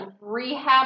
rehab